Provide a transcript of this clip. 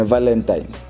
Valentine